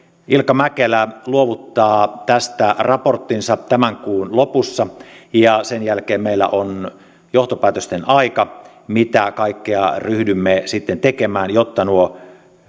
ilkka mäkelä luovuttaa tästä raporttinsa tämän kuun lopussa ja sen jälkeen meillä on johtopäätösten aika mitä kaikkea ryhdymme sitten tekemään jotta nuo